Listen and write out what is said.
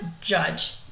judge